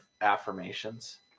affirmations